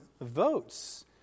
votes